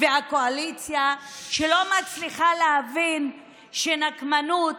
והקואליציה שלא מצליחה להבין שנקמנות